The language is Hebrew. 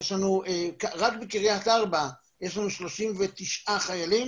רק בקרית ארבע יש לנו 39 חיילים,